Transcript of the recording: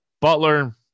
Butler